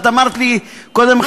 את אמרת לי קודם,